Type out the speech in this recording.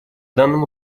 данном